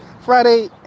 Friday